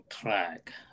track